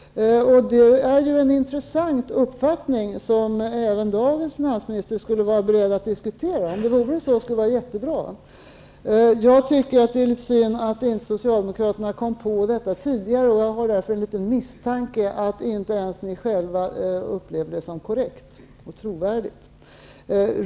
Det är en intressant uppfattning som även dagens finansminister skulle vara beredd att diskutera. Om det vore så skulle det vara jättebra. Jag tycker att det är litet synd att ni inte kom på detta tidigare. Jag har därför en liten misstanke att inte ens ni själva upplever det som korrekt och trovärdigt.